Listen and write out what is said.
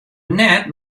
net